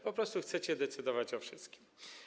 Po prostu chcecie decydować o wszystkim.